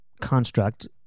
construct